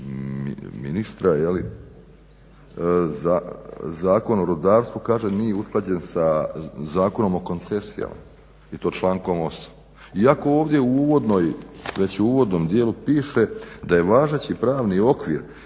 ministra, Zakon o rudarstvu kaže nije usklađen sa Zakonom o koncesijama i to člankom 8, iako ovdje već u uvodnom dijelu piše da je važeći pravni okvir